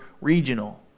regional